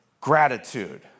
gratitude